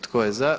Tko je za?